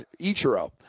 Ichiro